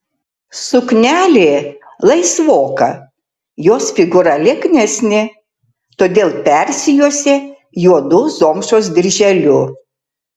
suknelė laisvoka jos figūra lieknesnė todėl persijuosė juodu zomšos dirželiu